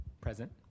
Present